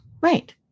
Right